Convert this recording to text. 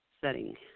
setting